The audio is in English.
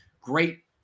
Great –